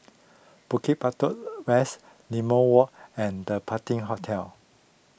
Bukit Batok West Limau Walk and the Patina Hotel